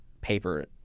paper